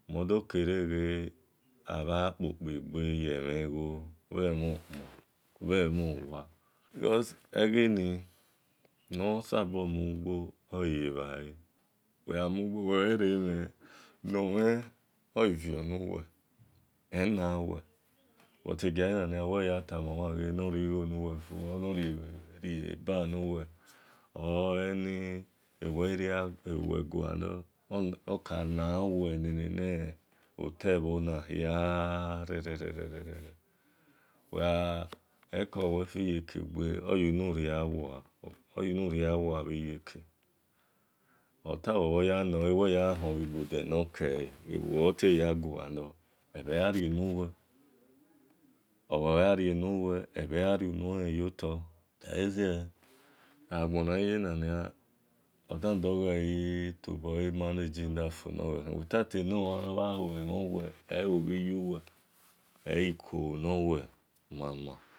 Modokere ghe abhakpokpeghe-yemhen gho bhemhonkpon bhe honwa cos egheni nosaborumugbo-ori ebhale were mhen enomhen or vionuwe but eghiayena-nia we tu momhan norighonuwe or norriabanuwefo or nor riabenuwe or kanawe leghie hia rererel eko uwe fiye kegbe oyunuria uwewa bhiyeke-otaweteyanole oyuna riawena ebhi yan rie nuwe ebheyan nunuehenyotor olezie agbon-aghiye nania odandogholtobole manage e life noghor khian without enomhan mhanhuemhonwe elobhiyuwe elikolu nowe mama